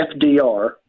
FDR